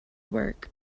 work